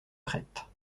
crête